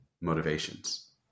motivations